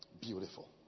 Beautiful